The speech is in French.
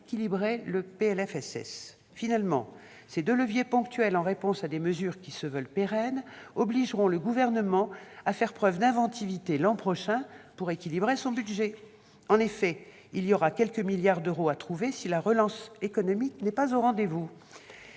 sécurité sociale. Finalement, ces deux leviers ponctuels en réponse à des mesures qui se veulent pérennes obligeront le Gouvernement à faire preuve d'inventivité l'an prochain pour équilibrer son budget. En effet, quelques milliards d'euros devront être trouvés si la relance économique n'est pas au rendez-vous.